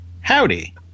howdy